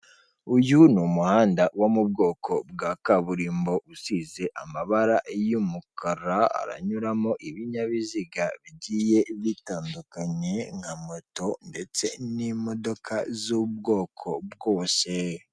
Uyu ni umuhanda wo mu bwoko bwa kaburimbo usize amabara y'umukara, haranyuramo ibinyabiziga bigiye bitandukanye nka moto ndetse n'imodoka z'ubwoko bwose.